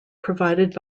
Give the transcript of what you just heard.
provided